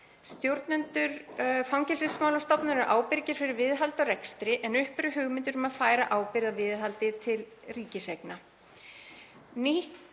Stjórnendur Fangelsismálastofnunar eru ábyrgir fyrir viðhaldi og rekstri en uppi eru hugmyndir um að færa ábyrgð á viðhaldi til Ríkiseigna.